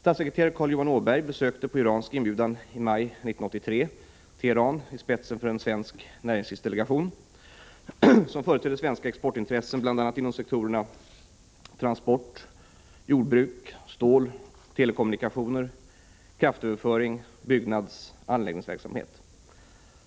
Statssekreterare Carl Johan Åberg besökte på iransk inbjudan i maj 1983 Teheran i spetsen för en svensk näringslivsdelegation, som företrädde svenska exportintressen, bl.a. inom sektorerna transport, jordbruk, stål, telekommunikationer, kraftöverföring samt byggnadsoch anläggningsverksamhet.